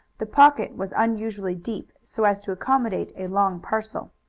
the pocket was unusually deep, so as to accommodate a long parcel.